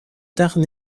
tarn